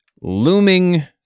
looming